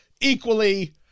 equally